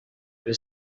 kuri